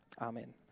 Amen